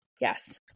Yes